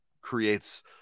creates